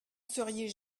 seriez